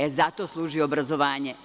E, za to služi obrazovanje.